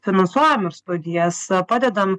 finansuojam ir studijas padedam